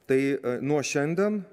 tai nuo šiandien